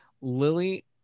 Lily